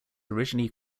originally